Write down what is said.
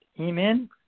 Amen